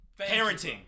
Parenting